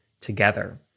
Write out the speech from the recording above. together